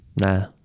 Nah